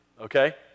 okay